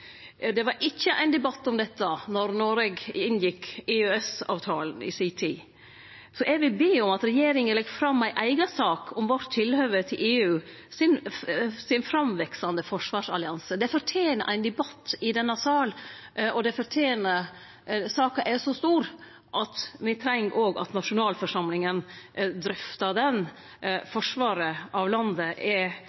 Det var ikkje ein debatt om dette då Noreg inngjekk EØS-avtalen i si tid. Så eg vil be om at regjeringa legg fram ei eiga sak om vårt tilhøve til EUs framveksande forsvarsallianse. Det fortener ein debatt i denne salen. Saka er så stor at me treng at òg nasjonalforsamlinga drøftar